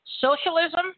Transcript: Socialism